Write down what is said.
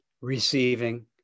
Receiving